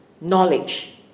knowledge